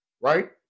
right